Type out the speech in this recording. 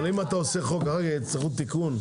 אבל אם אתה עושה חוק, אחר כך תצטרך תיקון.